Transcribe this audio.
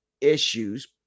issues